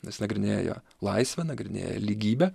nes nagrinėja laisvę nagrinėja lygybę